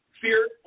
Fear